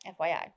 FYI